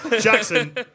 Jackson